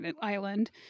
Island